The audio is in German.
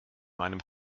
meinem